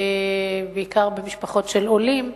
בעיקר במשפחות של עולים,